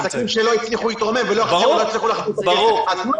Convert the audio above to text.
העסקים שלא יצליחו להתרומם ולא יצליחו להחזיר את הכסף.